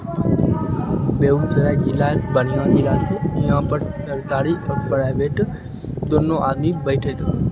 बेगुसराय जिला बढ़िआँ जिला छै इहाँपर सरकारी आओर प्राइवेट दुनू आदमी बैठैत